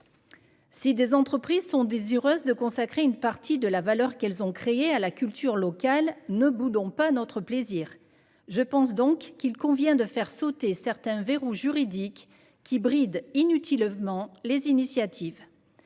Si des entreprises sont désireuses de consacrer une part de la valeur qu'elles ont créée à la culture locale, ne boudons pas notre plaisir ! Il me semble donc nécessaire de faire sauter certains verrous juridiques qui brident inutilement les initiatives.